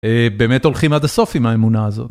באמת הולכים עד הסוף עם האמונה הזאת.